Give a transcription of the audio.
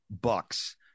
bucks